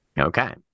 Okay